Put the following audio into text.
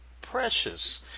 precious